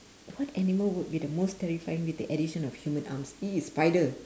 what animal would be the most terrifying with the addition of humans !ee! spider